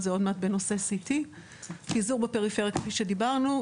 זה עוד מעט בנושא CT. פיזור בפריפריה כפי שדיברנו,